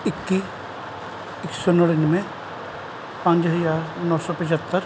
ਇੱਕੀ ਇੱਕ ਸੌ ਨੜਿੱਨਵੇਂ ਪੰਜ ਹਜ਼ਾਰ ਨੌਂ ਸੌ ਪੰਝੱਤਰ